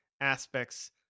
aspects